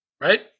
right